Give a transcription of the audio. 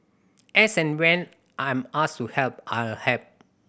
as and when I'm asked to help I'll help